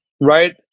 right